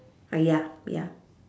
ah ya ya